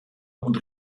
und